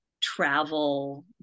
travel